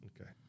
Okay